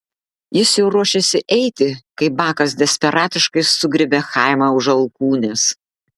jis jau ruošėsi eiti kai bakas desperatiškai sugriebė chaimą už alkūnės